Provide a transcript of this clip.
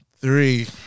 Three